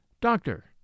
Doctor